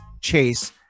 Chase